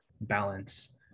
balance